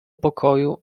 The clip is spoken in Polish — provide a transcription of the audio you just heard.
pokoju